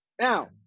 Now